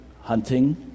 Hunting